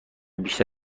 بیشتر